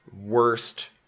worst